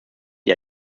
die